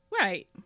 right